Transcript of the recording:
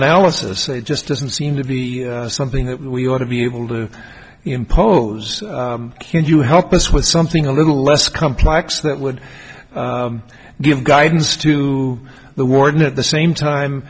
analysis it just doesn't seem to be something that we ought to be able to impose can you help us with something a little less complex that would give guidance to the warden at the same time